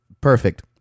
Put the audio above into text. Perfect